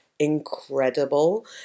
incredible